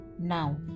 now